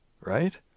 right